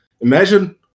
imagine